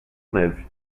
neve